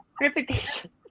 Reputation